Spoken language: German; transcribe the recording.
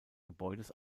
gebäudes